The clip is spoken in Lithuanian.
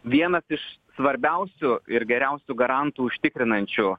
vienas iš svarbiausių ir geriausių garantų užtikrinančių